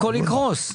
הכל יקרוס.